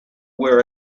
where